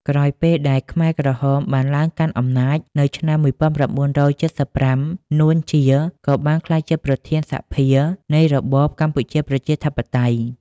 ក្រោយពេលដែលខ្មែរក្រហមបានឡើងកាន់អំណាច នៅឆ្នាំ១៩៧៥ នួន ជា ក៏បានក្លាយជាប្រធានសភានៃរបបកម្ពុជាប្រជាធិបតេយ្យ។